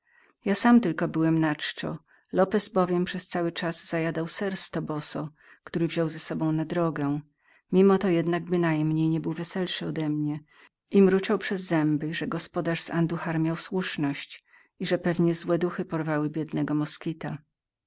ja sam tylko byłem na czczo lopez bowiem przez cały czas zajadał ser z tobozo który wziął ze sobą na drogę mimo to jednak bynajmniej niebył weselszym odemnie i mruczał między zębami że gospodarz z anduhar miał słuszność i że pewno złe duchy porwały biednego moskita